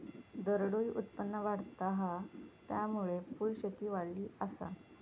दरडोई उत्पन्न वाढता हा, त्यामुळे फुलशेती वाढली आसा